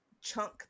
chunk